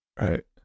right